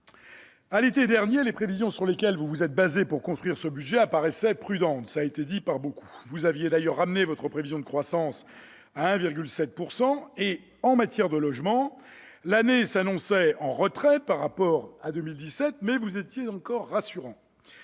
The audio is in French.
d'État, les prévisions sur lesquelles vous vous êtes fondés pour construire ce budget paraissaient prudentes. Vous aviez d'ailleurs ramené votre prévision de croissance à 1,7 %. En matière de logement, l'année s'annonçait en retrait par rapport à 2017, mais vous étiez encore rassurants.